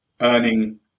earning